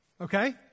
Okay